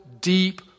deep